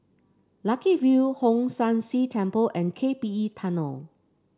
Lucky View Hong San See Temple and K P E Tunnel